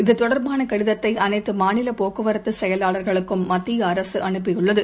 இது தொடர்பானகடிதத்தைஅனைத்துமாநிலபோக்குவரத்துசெயலாளர்களுக்கும் மத்தியஅரசுஅனுப்பியுள்ளது